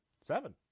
Seven